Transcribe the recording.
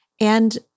And-